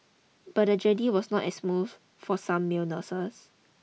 but the journey was not as smooth for some male nurses